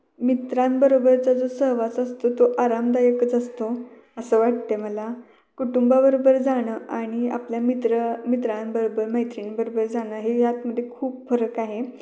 मित्रांबरोबरचा जो सहवास असतो तो आरामदायकच असतो असं वाटते मला कुटुंबाबरोबर जाणं आणि आपल्या मित्र मित्रांबरोबर मैत्रिणींबरोबर जाणं हे यातमध्ये खूप फरक आहे